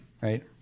Right